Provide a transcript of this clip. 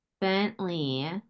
Bentley